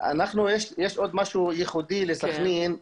יש עוד משהו ייחודי לסח'נין.